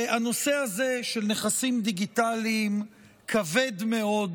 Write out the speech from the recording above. שהנושא הזה של נכסים דיגיטליים כבד מאוד